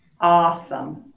Awesome